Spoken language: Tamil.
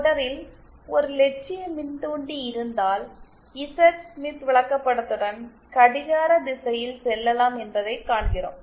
தொடரில் ஒரு இலட்சிய மின் தூண்டி இருந்தால் இசட் ஸ்மித் விளக்கப்படத்துடன் கடிகார திசையில் செல்லலாம் என்பதைக் காண்கிறோம்